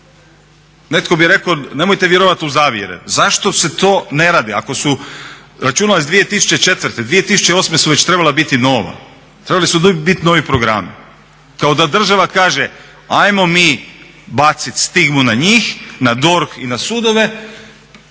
netko bi rekao nemojte vjerovati u zavjere, zašto se to ne radi. Ako su računala iz 2004., 2008.su već trebala biti nova, trebali su biti novi programi. Kao da država kaže ajmo mi baciti stigmu na njih na DORH i na sudove,